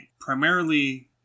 Primarily